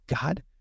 God